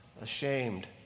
ashamed